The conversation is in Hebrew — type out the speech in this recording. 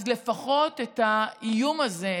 אז לפחות את האיום הזה,